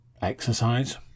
exercise